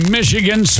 Michigan